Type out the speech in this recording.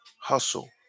hustle